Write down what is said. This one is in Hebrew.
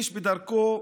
איש בדרכו,